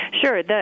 Sure